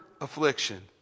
affliction